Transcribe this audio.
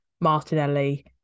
Martinelli